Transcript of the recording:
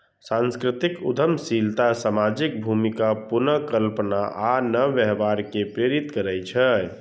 सांस्कृतिक उद्यमशीलता सामाजिक भूमिका पुनर्कल्पना आ नव व्यवहार कें प्रेरित करै छै